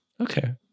okay